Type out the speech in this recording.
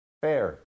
fair